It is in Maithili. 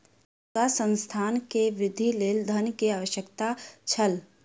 हुनका संस्थानक वृद्धिक लेल धन के आवश्यकता छल